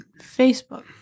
Facebook